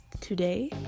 today